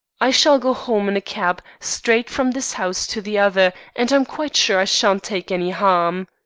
i shall go home in a cab, straight from this house to the other, and i'm quite sure i shan't take any harm